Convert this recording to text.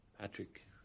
Patrick